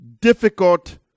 difficult